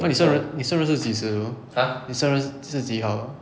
那你生日你生日是几时你生日是几号